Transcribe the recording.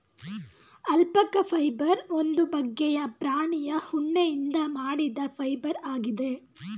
alpaca fibre ಒಂದು ಬಗ್ಗೆಯ ಪ್ರಾಣಿಯ ಉಣ್ಣೆಯಿಂದ ಮಾಡಿದ ಫೈಬರ್ ಆಗಿದೆ